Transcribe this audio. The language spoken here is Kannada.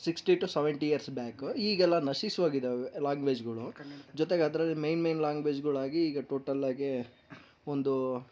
sixty to seventy years back ಈಗೆಲ್ಲ ನಶಿಸಿ ಹೋಗಿದ್ದಾವೆ ಲಾಂಗ್ವೇಜ್ಗಳು ಜೊತೆಗೆ ಅದರಲ್ಲಿ ಮೈನ್ ಮೈನ್ ಲಾಂಗ್ವೇಜ್ಗಳಾಗಿ ಈಗ ಟೋಟಲ್ ಆಗಿ ಒಂದು